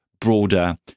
broader